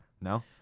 No